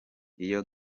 iyo